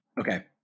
Okay